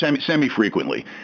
semi-frequently